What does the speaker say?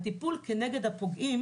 הטיפול נגד הפוגעים